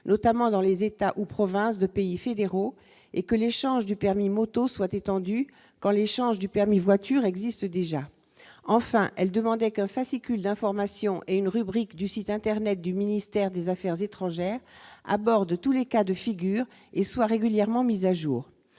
notamment dans les États ou provinces de pays fédéraux et que l'échange du permis moto soit étendue quand l'échange du permis voiture existe déjà, enfin elle demandait 15 fascicules d'information et une rubrique du site internet du ministère des Affaires étrangères, aborde tous les cas de figure, et soit régulièrement mise à jour,